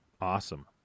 Awesome